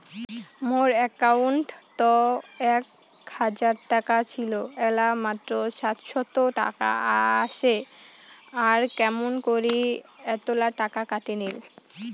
মোর একাউন্টত এক হাজার টাকা ছিল এলা মাত্র সাতশত টাকা আসে আর কেমন করি এতলা টাকা কাটি নিল?